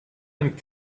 and